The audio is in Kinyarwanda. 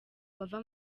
bava